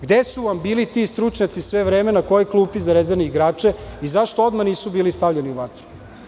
Gde su vam bili ti stručnjaci, sve vreme, na kojoj klupi za rezervne igrače i zašto odmah nisu bili stavljeni u vatru?